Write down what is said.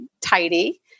tidy